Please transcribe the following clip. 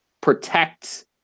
protect